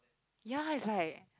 ya it's like